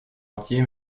entier